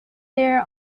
player